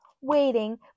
waiting